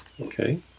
Okay